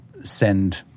send